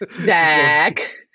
Zach